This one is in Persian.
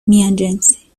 میانجنسی